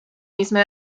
misma